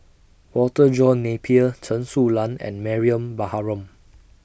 Walter John Napier Chen Su Lan and Mariam Baharom